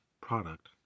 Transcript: product